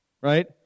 right